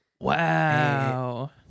Wow